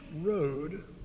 road